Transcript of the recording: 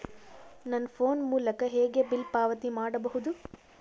ನನ್ನ ಫೋನ್ ಮೂಲಕ ಹೇಗೆ ಬಿಲ್ ಪಾವತಿ ಮಾಡಬಹುದು?